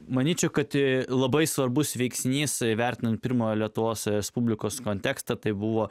manyčiau kad ji labai svarbus veiksnys vertinant pirmojo lietuvos respublikos kontekstą tai buvo